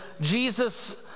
Jesus